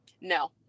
No